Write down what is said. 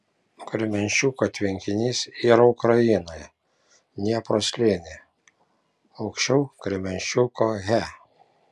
kremenčuko tvenkinys yra ukrainoje dniepro slėnyje aukščiau kremenčuko he